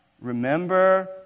remember